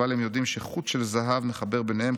אבל הם יודעים שחוט של זהב מחבר ביניהם,